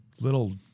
little